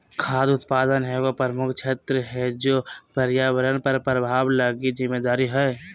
खाद्य उत्पादन एगो प्रमुख क्षेत्र है जे पर्यावरण पर प्रभाव लगी जिम्मेदार हइ